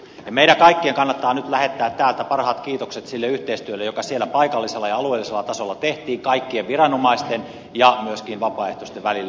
meidän kaikkien kannattaa nyt lähettää täältä parhaat kiitokset sille yhteistyölle joka siellä paikallisella ja alueellisella tasolla tehtiin kaikkien viranomaisten ja myöskin vapaaehtoisten välillä